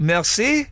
Merci